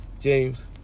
James